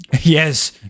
yes